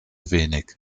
wenig